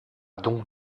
donc